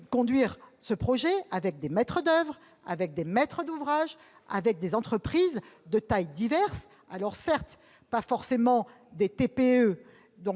conduire le projet avec des maîtres d'oeuvre, avec des maîtres d'ouvrage et avec des entreprises de taille diverse -certes, pas nécessairement des TPE,